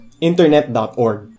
Internet.org